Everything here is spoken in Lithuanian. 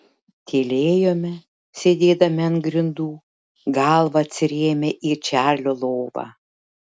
tylėjome sėdėdami ant grindų galva atsirėmę į čarlio lovą